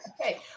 Okay